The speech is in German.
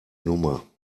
nummer